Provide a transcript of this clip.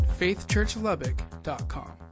faithchurchlubbock.com